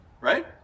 Right